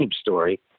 story